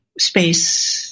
space